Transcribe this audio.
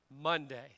Monday